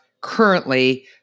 currently